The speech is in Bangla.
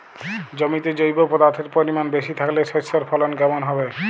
জমিতে জৈব পদার্থের পরিমাণ বেশি থাকলে শস্যর ফলন কেমন হবে?